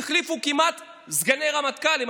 החליפו סגני רמטכ"לים,